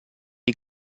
die